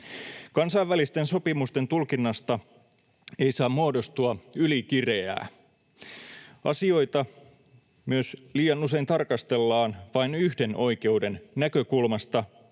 Kansainvälisten sopimusten tulkinnasta ei saa muodostua ylikireää. Asioita myös liian usein tarkastellaan vain yhden oikeuden näkökulmasta,